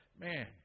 man